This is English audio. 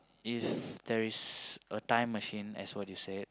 if there is a time machine as what you said